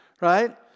right